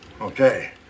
Okay